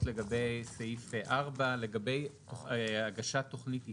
לגבי סעיף 4. לגבי הגשת תוכנית עסקית,